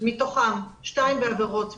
מתוכם שתיים בעבירות מין,